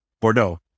bordeaux